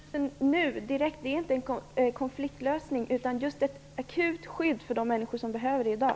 Fru talman! Vad jag efterlyser just nu är inte en konfliktlösning utan ett akut skydd för de människor som behöver det i dag.